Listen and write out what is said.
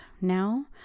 now